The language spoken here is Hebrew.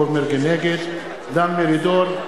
נגד דן מרידור,